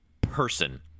person